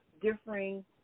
differing